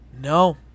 No